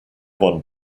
one